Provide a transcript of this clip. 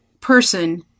person